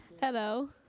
Hello